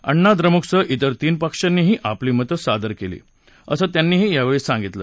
अण्णा द्रमुकसह तिर तीन पक्षांनीही आपली मतं सादर केली असं त्यांनी सांगितलं